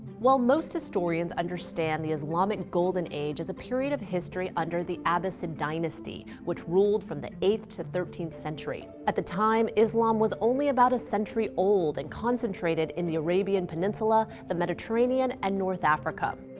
well, most historians understand the islamic golden age as a period of history under the abbasid dynasty, which ruled from the eighth to thirteenth century. at the time, islam was only about a century old, and concentrated in the arabian peninsula, the mediterranean, and north africa.